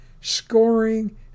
Scoring